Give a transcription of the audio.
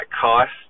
cost